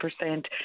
percent